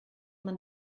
man